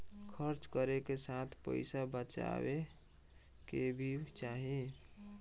खर्च करे के साथ पइसा बचाए के भी चाही